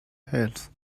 health